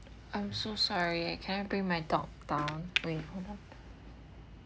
I'm so sorry can I bring my dog down